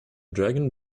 dragon